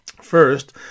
First